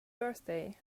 birthday